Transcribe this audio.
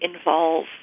involve